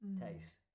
taste